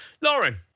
Lauren